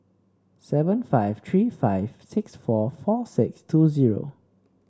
seven five three five six four four six two zero